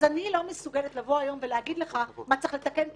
אז אני לא מסוגלת היום לבוא ולהגיד לך מה צריך לתקן פה,